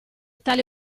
tale